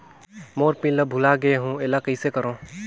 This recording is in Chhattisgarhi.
मोर पिन ला भुला गे हो एला कइसे करो?